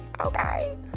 okay